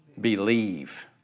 believe